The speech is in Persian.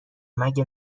مگه